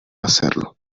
hacerlo